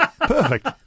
perfect